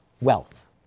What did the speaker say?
wealth